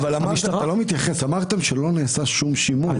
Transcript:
אמרתם שלא נעשה שום שימוש.